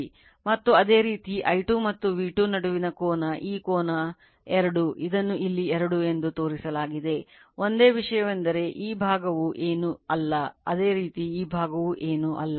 ಮತ್ತು ಅದೇ ರೀತಿ I2 ಮತ್ತು V2 ನಡುವಿನ ಕೋನ ಈ ಕೋನ 2 ಇದನ್ನು ಇಲ್ಲಿ 2 ಎಂದು ತೋರಿಸಲಾಗಿದೆ ಒಂದೇ ವಿಷಯವೆಂದರೆ ಈ ಭಾಗವು ಏನೂ ಅಲ್ಲ ಅದೇ ರೀತಿ ಈ ಭಾಗವು ಏನೂ ಅಲ್ಲ